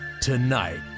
Tonight